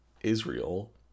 israel